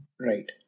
Right